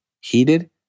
heated